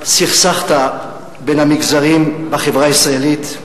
סכסכת בין המגזרים בחברה הישראלית,